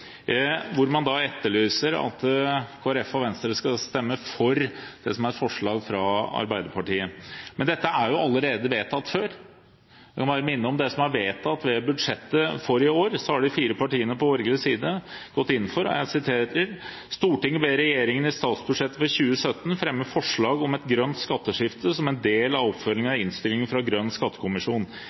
hvor man etterlyser at Kristelig Folkeparti og Venstre skal stemme for det som er et forslag fra Arbeiderpartiet. Men dette er jo allerede vedtatt før. Jeg vil bare minne om det som er vedtatt ved budsjettet for i år. Der har de fire partiene på borgerlig side gått inn for: «Stortinget ber regjeringen i statsbudsjettet for 2017 fremme forslag om et grønt skatteskifte som en del av oppfølgingen av innstillingen fra grønn skattekommisjon.